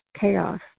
chaos